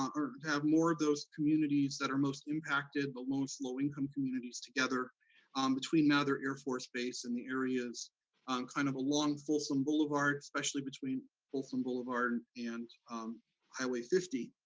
um or to have more of those communities that are most impacted, but most low-income communities together between mather air force base and the areas kind of along folsom boulevard, especially between folsom boulevard and highway fifty.